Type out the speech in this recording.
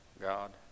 God